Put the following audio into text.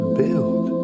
build